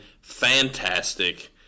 fantastic